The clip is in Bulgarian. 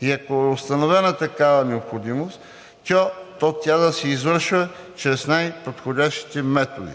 и ако е установена такава необходимост, то тя се извършва чрез най-подходящите методи.